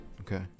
okay